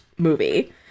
movie